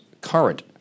current